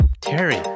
Terry